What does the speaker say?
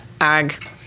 ag-